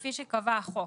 כפי שקבע החוק